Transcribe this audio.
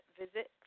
visit